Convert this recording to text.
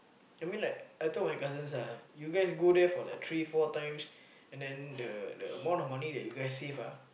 I mean like I told my cousins ah you guys go there for like three four times and then the the amount of money that you guys save ah